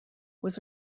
was